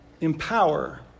empower